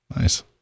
Nice